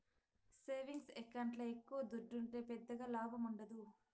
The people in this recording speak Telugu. సేవింగ్స్ ఎకౌంట్ల ఎక్కవ దుడ్డుంటే పెద్దగా లాభముండదు